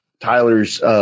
Tyler's